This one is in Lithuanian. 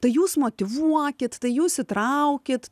tai jūs motyvuokit tai jūs įtraukit